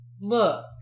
look